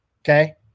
Okay